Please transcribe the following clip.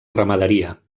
ramaderia